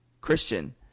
Christian